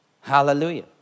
Hallelujah